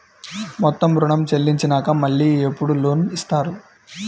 మొత్తం ఋణం చెల్లించినాక మళ్ళీ ఎప్పుడు లోన్ ఇస్తారు?